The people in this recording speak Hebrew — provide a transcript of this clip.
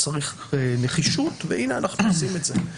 צריך נחישות והנה אנחנו עושים את זה.